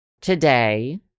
today